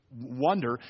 wonder